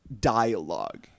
dialogue